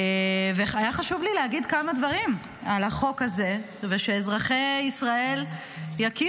והיה חשוב לי להגיד כמה דברים על החוק הזה ושאזרחי ישראל יכירו.